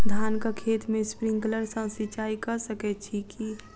धानक खेत मे स्प्रिंकलर सँ सिंचाईं कऽ सकैत छी की?